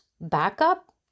backup